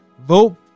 Vote